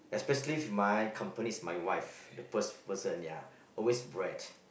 especially if my company is my wife the first person ya always bread